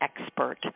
expert